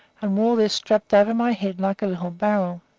and wore this strapped over my head like a little barrel.